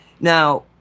Now